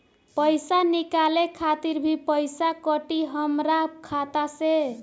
पईसा निकाले खातिर भी पईसा कटी हमरा खाता से?